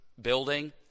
building